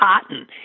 Cotton